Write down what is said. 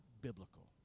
biblical